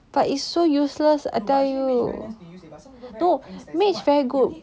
but it's so useless I tell you no mage very good